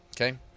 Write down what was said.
okay